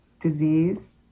Disease